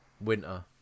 Winter